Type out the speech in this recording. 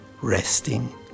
resting